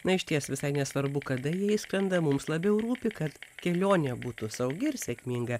na išties visai nesvarbu kada jie išskrenda mums labiau rūpi kad kelionė būtų saugi ir sėkminga